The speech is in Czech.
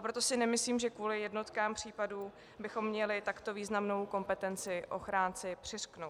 Proto si nemyslím, že kvůli jednotkám případů bychom měli takto významnou kompetenci ochránci přiřknout.